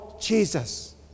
Jesus